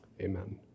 amen